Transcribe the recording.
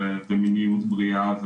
ומיניות בריאה,